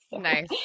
Nice